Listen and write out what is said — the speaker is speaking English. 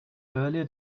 earlier